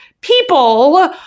people